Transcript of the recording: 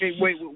Wait